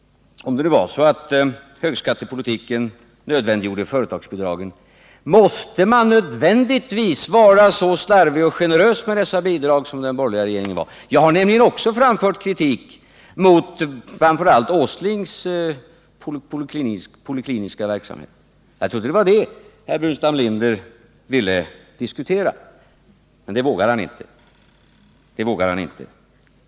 Om det nu var så att högskattepolitiken nödvändiggjorde företagsbidragen, måste man nödvändigtvis vara så slarvig och generös med dessa bidrag som den borgerliga regeringen var? Jag har nämligen också framfört kritik mot framför allt Nils Åslings polikliniska verksamhet. Jag trodde det var det Staffan Burenstam Linder ville diskutera. Men det vågar han inte.